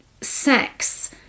sex